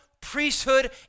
priesthood